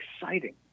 exciting